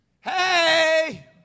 hey